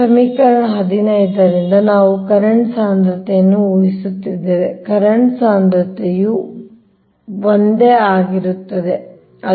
ಸಮೀಕರಣ ೧೫ ರಿಂದ ನಾವು ಕರೆಂಟ್ ಸಾಂದ್ರತೆಯನ್ನು ಊಹಿಸುತ್ತಿದ್ದೇವೆ ಕರೆಂಟ್ ಸಾಂದ್ರತೆಯು ಒಂದೇ ಆಗಿರುತ್ತದೆ ಅದು